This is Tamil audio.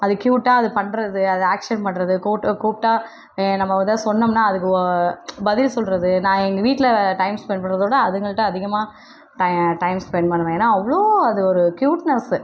அது க்யூட்டாக அது பண்ணுறது அது ஆக்ஷன் பண்ணுறது அது கூட் கூப்பிட்டா நம்ம எதாவது சொன்னோம்னா அதுக்கு ஒ பதில் சொல்கிறது நான் எங்கள் வீட்டில் டைம் ஸ்பெண்ட் பண்ணுறதோட அதுங்கள்ட்ட அதிகமாக ட டைம் ஸ்பெண்ட் பண்ணுவேன் ஏன்னா அவ்வளோ அது ஒரு க்யூட்னஸ்ஸு